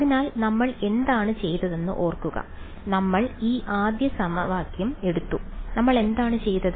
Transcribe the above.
അതിനാൽ നമ്മൾ എന്താണ് ചെയ്തതെന്ന് ഓർക്കുക നമ്മൾ ഈ ആദ്യ സമവാക്യം എടുത്തു നമ്മൾ എന്താണ് ചെയ്തത്